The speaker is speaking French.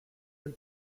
elle